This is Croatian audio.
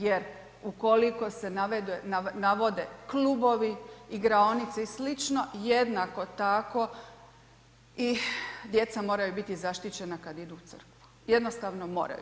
Jer ukoliko se navode klubovi, igraonice i slično, jednako tako i djeca moraju biti zaštićena kada idu u crkvu, jednostavno moraju.